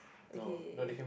okay